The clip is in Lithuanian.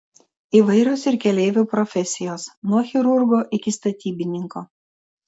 įvairios ir keleivių profesijos nuo chirurgo iki statybininko